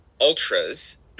ultras